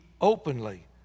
openly